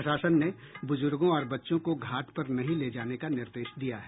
प्रशासन ने बुजुर्गों और बच्चों को घाट पर नहीं ले जाने का निर्देश दिया है